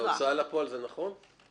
ההוצאה לפועל, זה נכון?